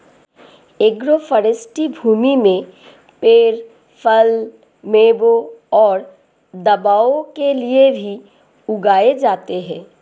agroforestry भूमि में पेड़ फल, मेवों और दवाओं के लिए भी उगाए जाते है